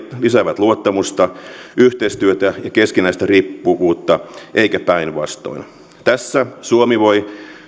lisäävät luottamusta yhteistyötä ja ja keskinäistä riippuvuutta eikä päinvastoin tässä suomi voi